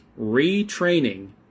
retraining